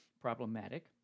problematic